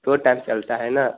दो टाइम चलता है ना